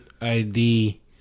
id